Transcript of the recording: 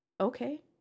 Okay